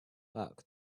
back